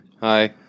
hi